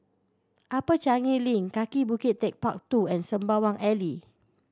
Upper Changi Link Kaki Bukit Techpark Two and Sembawang Alley